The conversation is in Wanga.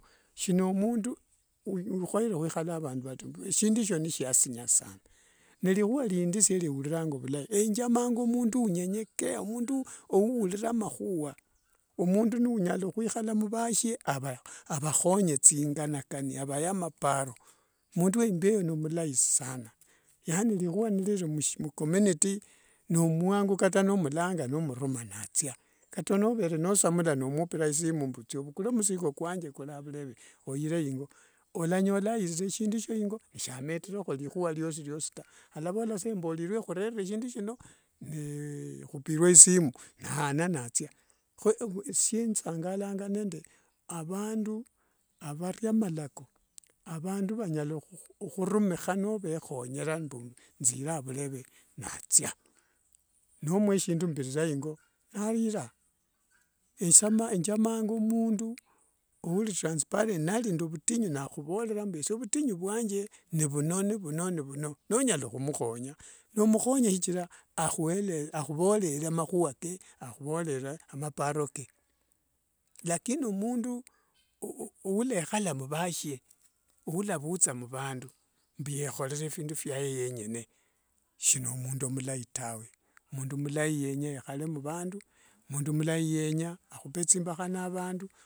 Shinomundu ukhoere khwikhala avandu vari ta shindu esho nishisinya sana nerikhua rindi sieriuriranga vilai enjamanga mundu unyenyekea omundu ouurira makhua omundu ni unyala khwikhala muvasie avakhonye thinganikani avaya maporo mundu wa imbia eyo nimulai sanaa yaani rihua niriri mcommunity nomuangu kata nomulanga nomuruma nathia kata novoere nosamula nomupira isimu mbu thovukule mzigo kwange kuri avureve oire ingo olanyola airire shindu sho ingo shameterekho rihua riosiriosi taa alavola sa mborerwe khurere shindu shino khupirwe isimu nayana natsia sie sangalanga nde vandu varia malako avandu vanyala khurumikha novekhonyera mbu njire avurere natsia nomwa sindu mbu mbirire ingo naira njamanga mundu transparent nari nde vutinyu nakhuvorera mbu esie ovutinyu vwange novuno nevuno nevuno nonyala khumukhonya nomukhonya shichira akhuvorere amahua ke akhuvorere amaparo kee lakini omundu ulekhala muvashie ulavutha muvandu mbu yekhorera phindu vyaye yengene shinomundu mulai tawe mundu mulai yenya yekhale muvandu mundu mulai yenya akhupe tsimbaha navandu.